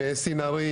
עם סינרים,